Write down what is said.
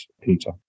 Peter